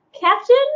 Captain